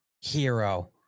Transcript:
hero